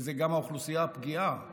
וזו גם האוכלוסייה הפגיעה.